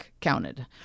counted